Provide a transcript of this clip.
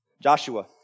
Joshua